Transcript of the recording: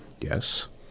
Yes